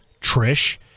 Trish